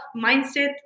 mindset